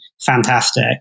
Fantastic